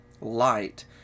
light